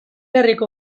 herriko